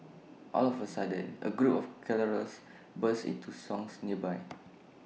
all of A sudden A group of carollers burst into songs nearby